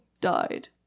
died